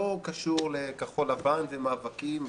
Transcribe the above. לא קשור לכחול לבן ולמאבקים,